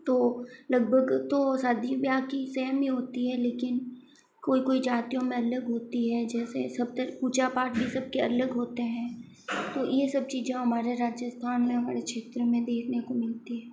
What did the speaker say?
तो लगभग तो शादी ब्याह की सेम ही होती हैं लेकिन कोई कोई जातियों में अलग होती हैं जैसे सब तरफ पूजा पाठ भी सब के अलग होते हैं तो ये सब चीजें हमारे राजस्थान हमारे क्षेत्र में देखने को मिलती हैं